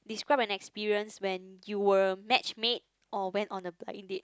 describe an experience when you were matchmade or went on a blind date